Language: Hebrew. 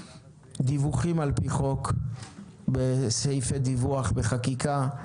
דיווחים על פי חוק בסעיפי דיווח בחקיקה,